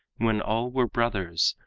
when all were brothers,